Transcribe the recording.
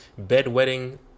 bedwetting